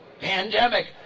pandemic